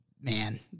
man